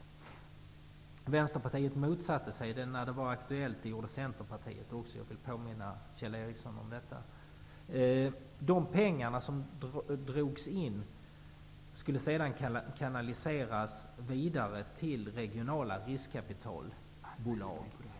Vänsterpartiet motsatte sig det när det var aktuellt, och det gjorde Centerpartiet också. Jag vill påminna Kjell Ericsson om detta. De pengar som drogs in skulle sedan kanaliseras vidare till regionala riskkapitalbolag.